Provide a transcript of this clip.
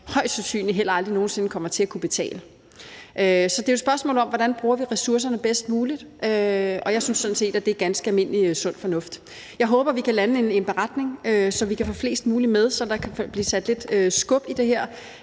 højst sandsynligt aldrig nogen sinde kommer til at kunne betale. Så det er jo et spørgsmål om, hvordan vi bruger ressourcerne bedst muligt, og jeg synes sådan set, at det er ganske almindelig sund fornuft. Jeg håber, vi kan lande en beretning, så vi kan få flest mulige med og der kan blive sat lidt skub i det her,